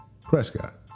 Prescott